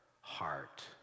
heart